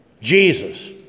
Jesus